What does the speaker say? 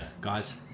guys